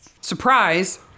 Surprise